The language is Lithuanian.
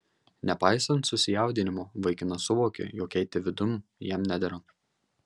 nepaisant susijaudinimo vaikinas suvokė jog eiti vidun jam nedera